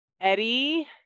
Eddie